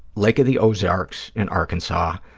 lake of the ozarks in arkansas.